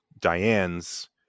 Diane's